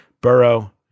Burrow